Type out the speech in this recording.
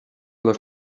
los